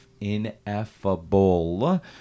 ineffable